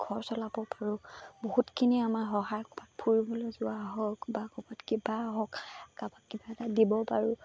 ঘৰ চলাব পাৰোঁ বহুতখিনি আমাৰ সহায় ক'ৰবাত ফুৰিবলৈ যোৱা হওক বা ক'ৰবাত কিবা হওক কাৰোবাক কিবা এটা দিব পাৰোঁ